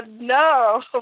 no